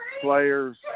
players